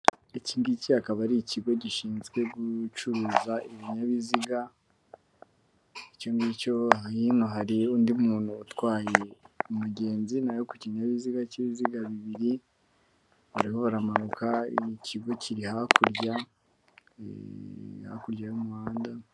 Iki ngiki akaba ari ikigo gishinzwe gucuruza ibinyabiziga. icyo ngicyo hino hari undi muntu utwaye umugenzi nawe kukinyabiziga cy'ibiziga bibiri, ariho aramanuka, ikigo kiri hakurya, hakurya y'umuhanda.